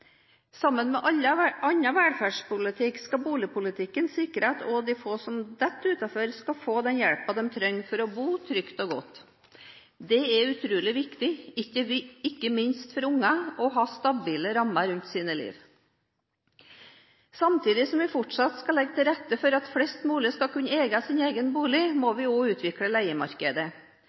Sammen med annen velferdspolitikk skal boligpolitikken sikre at også de få som faller utenfor, skal få den hjelpen de trenger for å bo trygt og godt. Det er utrolig viktig, ikke minst for unger, å ha stabile rammer rundt sitt liv. Samtidig som vi fortsatt skal legge til rette for at flest mulig skal kunne eie sin egen bolig, må vi også utvikle leiemarkedet.